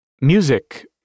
Music